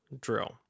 drill